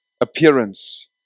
appearance